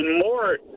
more